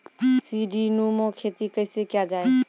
सीडीनुमा खेती कैसे किया जाय?